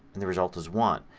and the result is one.